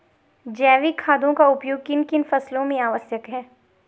जैविक खादों का उपयोग किन किन फसलों में आवश्यक है?